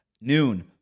Noon